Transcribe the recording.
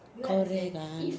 correct ah